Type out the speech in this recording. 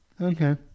Okay